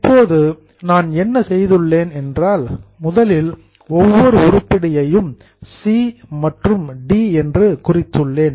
இப்போது நான் என்ன செய்துள்ளேன் என்றால் முதலில் ஒவ்வொரு உருப்படியையும் சி மற்றும் டி என குறித்துள்ளேன்